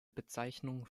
bezeichnung